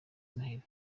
noheli